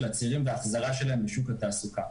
הצעירים וההחזרה שלהם לשוק התעסוקה.